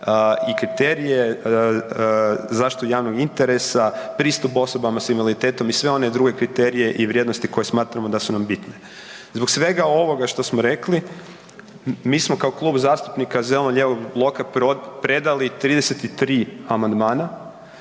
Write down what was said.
i kriterije, zaštitu javnog interesa, pristup osobama sa invaliditetom i sve one druge kriterije i vrijednosti koje smatramo da su nam bitne. Zbog svega ovoga što smo rekli, mi smo kao Klub zastupnika zeleno-lijevog bloka predali 33 amandmana,